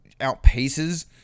outpaces